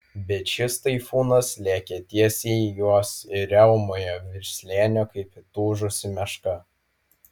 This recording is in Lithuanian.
bet šis taifūnas lėkė tiesiai į juos ir riaumojo virš slėnio kaip įtūžusi meška